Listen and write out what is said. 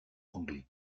anglais